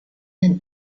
den